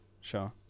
Sure